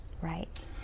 right